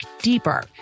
deeper